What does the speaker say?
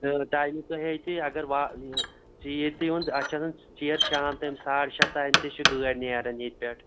timing تۄہہِ ییٚتی اگر وا یہِ ژیٖر تہِ یِوان اتھ چھِ آسان ژیر شام تام ساڑٕ شےٚ تام تہِ چھِ گٲڑ نیران ییٚتہِ پٮ۪ٹھ